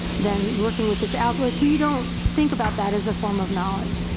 than working with this al-go, like we don't think about that as a form of knowledge,